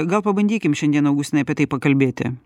gal pabandykim šiandien augustinai apie tai pakalbėti